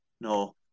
no